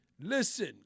Listen